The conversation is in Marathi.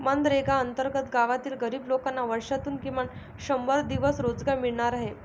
मनरेगा अंतर्गत गावातील गरीब लोकांना वर्षातून किमान शंभर दिवस रोजगार मिळणार आहे